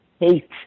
hate